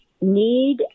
need